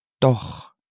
doch